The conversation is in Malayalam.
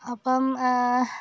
അപ്പം